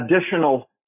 additional